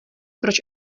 proč